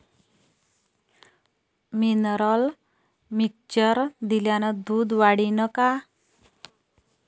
Mineral mixture दिल्यानं दूध वाढीनं का?